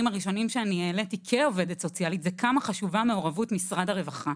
הראשונים שהעליתי כעובדת סוציאלית זה כמה חשובה מעורבות משרד הרווחה.